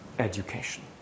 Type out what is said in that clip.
education